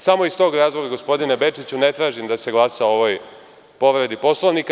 Samo iz tog razloga, gospodine Bečiću, ne tražim da se glasa o ovoj povredi Poslovnika.